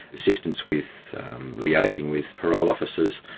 assistance with liaising with parole officers,